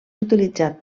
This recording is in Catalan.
utilitzat